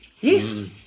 Yes